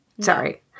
Sorry